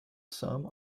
some